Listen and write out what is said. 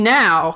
now